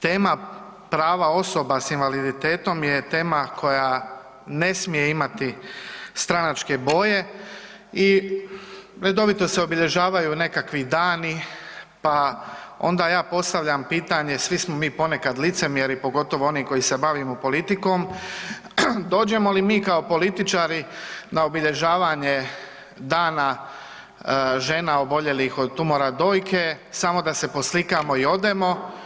Tema prava osoba s invaliditetom je tema koja ne smije imati stranačke boje i redovito se obilježavaju nekakvi dani pa onda ja postavljam pitanje, svi smo mi ponekad licemjeri, pogotovo oni koji se bavimo politikom, dođemo li mi kao političari na obilježavanje Dana žena oboljelih od tumora dojke samo da se poslikamo i odemo?